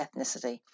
ethnicity